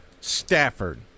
Stafford